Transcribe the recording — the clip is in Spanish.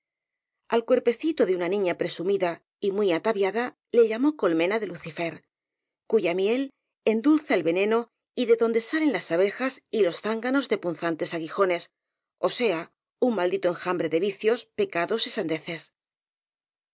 al cuerpecito de una niña presumida y muy ata viada le llamó colmena de lucifer cuya miel en dulza el veneno y de donde salen las abejas y los zánganos de punzantes aguijones ó sea un maldi to enjambre de vicios pecados y sandeces